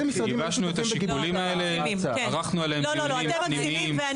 אתם מגזימים.